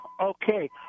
Okay